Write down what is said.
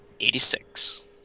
86